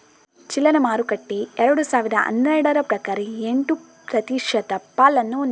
ಚಿಲ್ಲರೆ ಮಾರುಕಟ್ಟೆ ಎರಡು ಸಾವಿರದ ಹನ್ನೆರಡರ ಪ್ರಕಾರ ಎಂಟು ಪ್ರತಿಶತ ಪಾಲನ್ನು ಹೊಂದಿದೆ